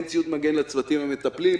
אין ציוד מגן לצוותים המטפלים,